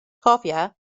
cofia